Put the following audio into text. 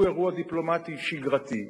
שהוא אירוע דיפלומטי שגרתי,